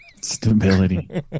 Stability